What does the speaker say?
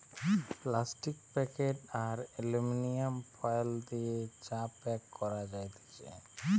plastic packet আর aluminium foil দিয়ে চা প্যাক করা যাতেছে